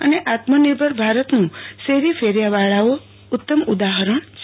અને આત્મનિર્ભર ભારતનું શેરી ફેરીયાઓ ઉત્તમ ઉદાહરણ છે